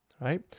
right